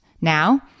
now